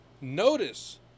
notice